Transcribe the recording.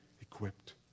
equipped